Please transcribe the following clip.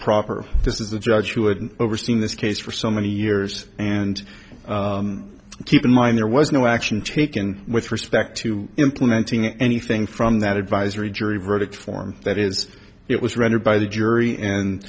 proper this is the judge who had been overseeing this case for so many years and keep in mind there was no action taken with respect to implementing anything from that advisory jury verdict form that is it was rendered by the jury and